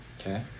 okay